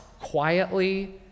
quietly